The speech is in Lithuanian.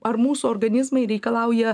ar mūsų organizmai reikalauja